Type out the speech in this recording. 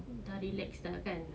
dah relax dah kan